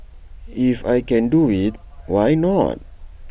if I can do IT why not